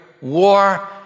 war